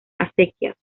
acequias